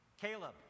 Caleb